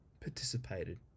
participated